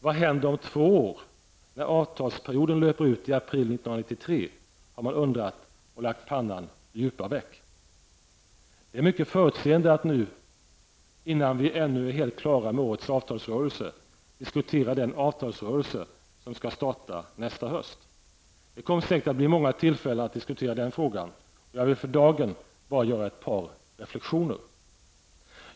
Vad händer om två år, när avtalsperioden löper ut i april 1993? Det har man undrat och lagt pannan i djupa veck. Det är mycket förutseende att nu, innan vi ännu är helt klara med årets avtalsrörelse, diskutera den avtalsrörelse som skall starta nästa höst. Det kommer att bli många tillfällen att diskutera den frågan. Jag vill för dagen bara göra ett par reflexioner.